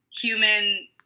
human